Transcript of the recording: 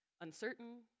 uncertain